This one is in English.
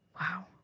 Wow